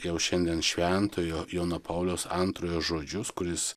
jau šiandien šventojo jono pauliaus antrojo žodžius kuris